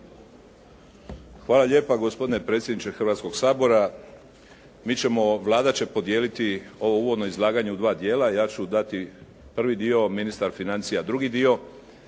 Hvala lijepa. Gospodine predsjedniče Hrvatskoga sabora. Vlada će podijeliti ovo uvodno izlaganje u dva dijela. Ja ću dati prvi dio a ministar financija drugi dio.